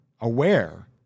aware